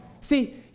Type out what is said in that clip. See